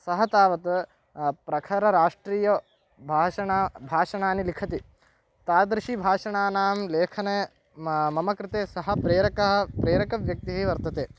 सः तावत् प्रखरराष्ट्रीयभाषणं भाषणानि लिखति तादृशभाषणानां लेखने म मम कृते सः प्रेरकः प्रेरकव्यक्तिः वर्तते